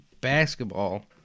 basketball